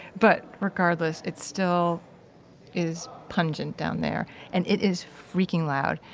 but regardless, it still is pungent down there and it is freaking loud.